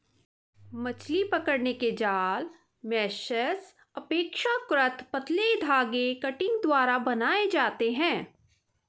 मछली पकड़ने के जाल मेशेस अपेक्षाकृत पतले धागे कंटिंग द्वारा बनाये जाते है